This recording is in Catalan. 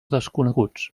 desconeguts